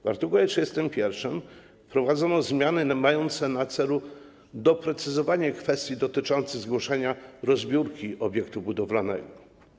W art. 31 wprowadzono zmiany mające na celu doprecyzowanie kwestii dotyczących zgłoszenia rozbiórki obiektu budowlanego.